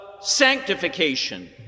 sanctification